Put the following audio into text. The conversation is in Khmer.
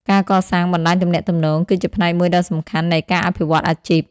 ការកសាង បណ្តាញទំនាក់ទំនង គឺជាផ្នែកមួយដ៏សំខាន់នៃការអភិវឌ្ឍន៍អាជីព។